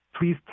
please